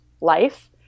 life